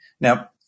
Now